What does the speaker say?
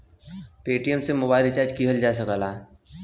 Paytm से mobile recharge किहल जा सकला